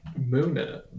Muna